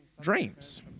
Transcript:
dreams